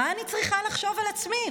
מה אני צריכה לחשוב על עצמי?